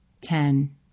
Ten